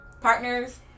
Partners